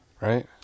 Right